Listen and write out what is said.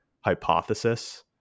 hypothesis